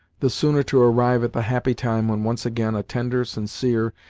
the sooner to arrive at the happy time when once again a tender, sincere,